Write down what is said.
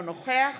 אינו נוכח